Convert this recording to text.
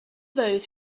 those